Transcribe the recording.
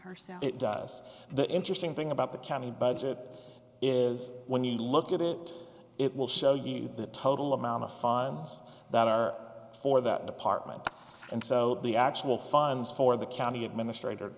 when it does the interesting thing about the county budget is when you look at it it will show you the total amount of funds that are for that department and so the actual funds for the county administrator